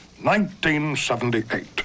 1978